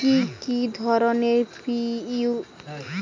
কি কি ধরনের ইউ.পি.আই অ্যাপ বিশ্বাসযোগ্য?